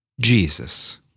Jesus